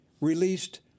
released